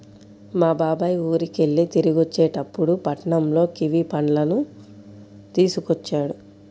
మా బాబాయ్ ఊరికెళ్ళి తిరిగొచ్చేటప్పుడు పట్నంలో కివీ పళ్ళను తీసుకొచ్చాడు